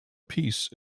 peace